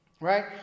right